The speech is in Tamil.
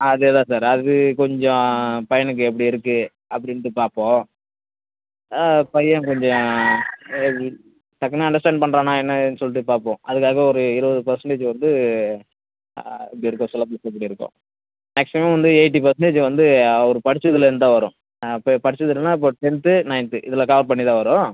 அதே தான் சார் அது கொஞ்சம் பையனுக்கு எப்படி இருக்கு அப்படின்ட்டு பார்ப்போம் பையன் கொஞ்சம் டக்குன்னு அண்டர்ஸ்டாண்ட் பண்ணுறான்னா என்ன ஏதுன்னு சொல்லிட்டு பார்ப்போம் அதுக்காக ஒரு இருபது பர்சன்டேஜ் வந்து இப்படி இருக்கும் சிலபஸ் இப்படி இருக்கும் மேக்சிமம் வந்து எய்ட்டி பர்சன்டேஜ் வந்து அவர் படிச்சதுலேந்து தான் வரும் பெ படிச்சதுலேந்துன்னா இப்போ டென்த்து நைன்த்து இதில் கவர் பண்ணி தான் வரும்